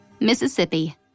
Mississippi